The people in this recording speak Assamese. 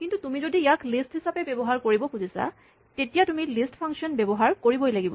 কিন্তু তুমি যদি ইয়াক লিষ্ট হিচাপে ব্যৱহাৰ কৰিব খুজিছা তেতিয়া তুমি লিষ্ট ফাংচন ব্যৱহাৰ কৰিবই লাগিব